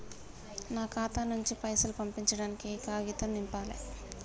నా ఖాతా నుంచి పైసలు పంపించడానికి ఏ కాగితం నింపాలే?